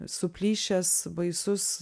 suplyšęs baisus